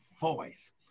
voice